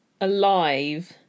alive